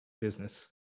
business